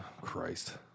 Christ